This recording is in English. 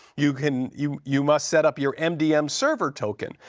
you can you you must set up your mdm server token.